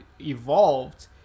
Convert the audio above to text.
evolved